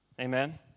Amen